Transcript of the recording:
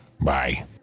Bye